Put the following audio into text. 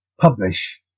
publish